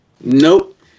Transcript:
Nope